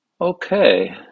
Okay